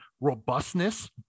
robustness